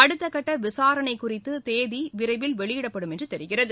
அடுத்தக்கட்ட விசாரணை குறித்து தேதி விரைவில் வெளியிடப்படும் என்று தெரிகிறது